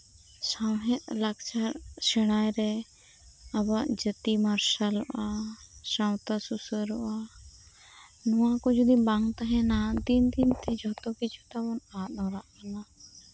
ᱥᱟᱶᱦᱮᱫ ᱞᱟᱠᱪᱟᱨ ᱥᱮᱬᱟᱭ ᱨᱮ ᱟᱵᱚᱣᱟᱜ ᱡᱟᱹᱛᱤ ᱢᱟᱨᱥᱟᱞᱚᱜᱼᱟ ᱥᱟᱶᱛᱟ ᱥᱩᱥᱟᱹᱨᱚᱜᱼᱟ ᱱᱚᱣᱟ ᱠᱚ ᱡᱩᱫᱤ ᱵᱟᱝ ᱛᱟᱦᱮᱱᱟ ᱫᱤᱱ ᱫᱤᱱᱛᱮ ᱡᱷᱚᱛᱚ ᱠᱤᱪᱷᱩ ᱛᱟᱵᱚᱱ ᱟᱫ ᱦᱚᱨᱟᱜ ᱠᱟᱱᱟ